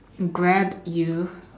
Grab you